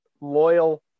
Loyal